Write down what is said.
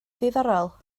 ddiddorol